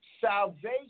Salvation